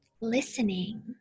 listening